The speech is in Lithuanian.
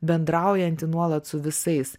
bendraujanti nuolat su visais